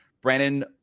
Brandon